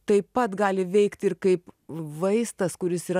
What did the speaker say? taip pat gali veikti ir kaip vaistas kuris yra